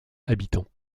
habitants